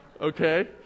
okay